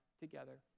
together